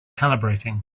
calibrating